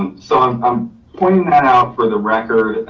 um so um i'm pointing that out for the record.